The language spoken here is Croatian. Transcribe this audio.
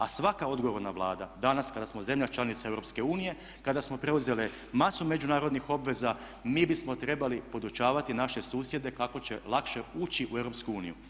A svaka odgovorna Vlada danas kada smo zemlja članica EU, kada smo preuzeli masu međunarodnih obveza mi bismo trebali podučavati naše susjede kako će lakše ući u EU.